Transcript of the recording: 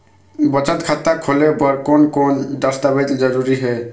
बचत खाता खोले बर कोन कोन दस्तावेज जरूरी हे?